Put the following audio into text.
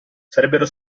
sarebbero